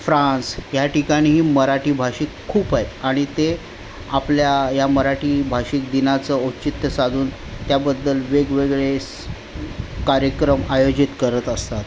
France ह्या ठिकाणीही मराठी भाषिक खूप आहेत आणि ते आपल्या या मराठी भाषिक दिनाचं औचित्य साधून त्याबद्दल वेगवेगळे स कार्यक्रम आयोजित करत असतात